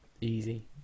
easy